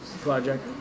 project